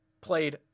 played